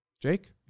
Jake